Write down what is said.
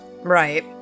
Right